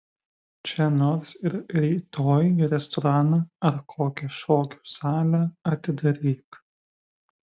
čia nors ir rytoj restoraną ar kokią šokių salę atidaryk